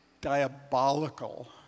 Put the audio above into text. diabolical